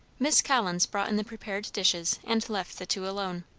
miss collins brought in the prepared dishes, and left the two alone.